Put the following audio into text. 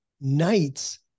nights